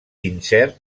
incert